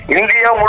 India